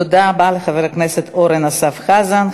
תודה רבה לחבר הכנסת אורן אסף חזן.